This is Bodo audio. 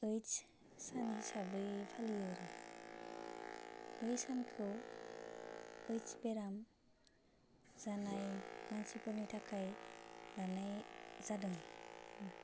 ऐद्स सान हिसाबै फालियो आरो बै सानखौ ऐद्स बेराम जानाय मानसिफोरनि थाखाय लानाय जादों